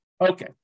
Okay